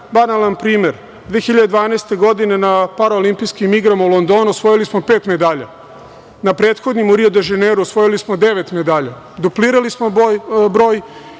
banalan primer. Godine 2012. na Paraolimpijskim igrama u Londonu osvojili smo pet medalja, na prethodnim u Rio de Ženeiru osvojili smo devet medalja. Duplirali smo broj